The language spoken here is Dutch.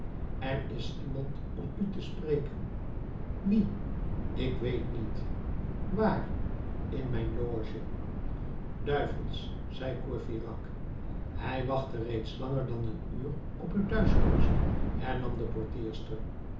er is iemand om u te spreken wie ik weet niet waar in mijn loge duivels zei courfeyrac hij wacht reeds langer dan een uur op uw thuiskomst hernam de